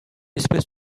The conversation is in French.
espèce